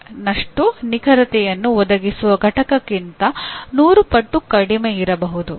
05 ನಷ್ಟು ನಿಖರತೆಯನ್ನು ಒದಗಿಸುವ ಘಟಕಕ್ಕಿಂತ 100 ಪಟ್ಟು ಕಡಿಮೆ ಇರಬಹುದು